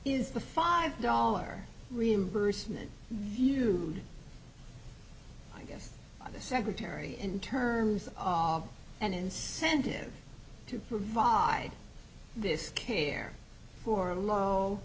is the five dollar reimbursement you i guess the secretary in terms of an incentive to provide this care for a low